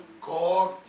God